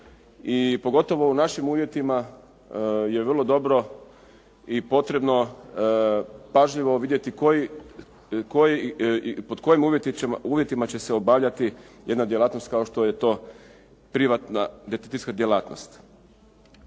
pogotovo u našim uvjetima je vrlo dobro i potrebno pažljivo vidjeti pod kojim uvjetima će se obavljati jedna djelatnost kao što je to privatna detektivska djelatnost.